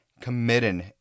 Committing